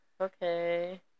okay